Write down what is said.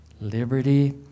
liberty